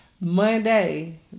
Monday